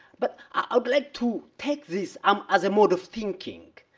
but i'd like to take this um as a mode of thinking.